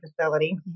facility